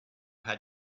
had